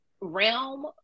realm